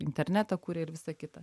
internetą kuria ir visa kita